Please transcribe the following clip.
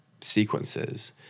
sequences